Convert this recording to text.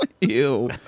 Ew